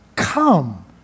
come